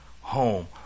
home